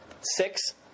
six